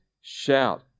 shout